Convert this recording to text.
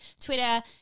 Twitter